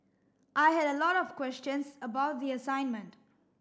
I had a lot of questions about the assignment